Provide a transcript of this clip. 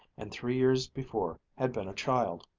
and three years before had been a child.